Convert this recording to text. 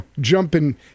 jumping